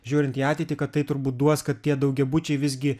žiūrint į ateitį kad tai turbūt duos kad tie daugiabučiai visgi